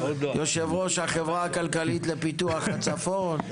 יושב ראש החברה הכלכלית לפיתוח הצפון,